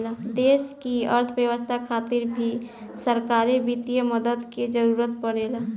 देश की अर्थव्यवस्था खातिर भी सरकारी वित्तीय मदद के जरूरत परेला